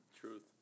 Truth